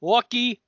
Lucky